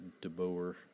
DeBoer